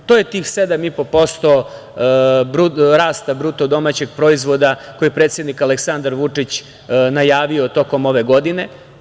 To je tih 7,5% rasta BDP koje je predsednik Aleksandar Vučić najavio tokom ove godine.